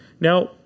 Now